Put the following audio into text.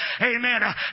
amen